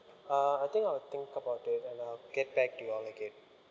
uh I think I'll think about it and I'll get back to you all again